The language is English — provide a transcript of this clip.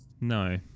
No